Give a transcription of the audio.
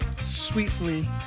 sweetly